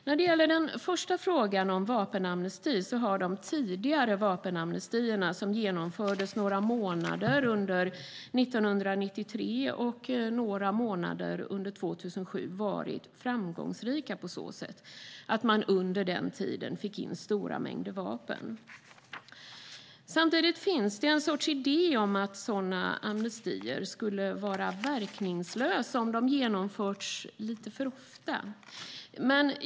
När det gäller frågan om vapenamnesti har de tidigare vapenamnestierna, som genomfördes några månader under 1993 och några månader under 2007, varit framgångsrika på så sätt att man under den tiden fick in stora mängder vapen. Samtidigt finns det en sorts idé om att sådana amnestier skulle vara verkningslösa om de genomförs för ofta.